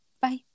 Bye